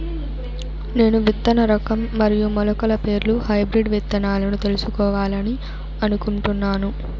నేను విత్తన రకం మరియు మొలకల పేర్లు హైబ్రిడ్ విత్తనాలను తెలుసుకోవాలని అనుకుంటున్నాను?